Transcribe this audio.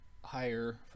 higher